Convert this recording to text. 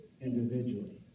individually